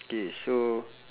K so